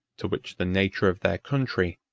to which the nature of their country,